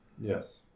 Yes